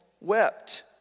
wept